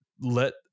let